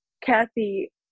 Kathy